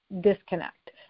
disconnect